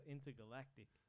Intergalactic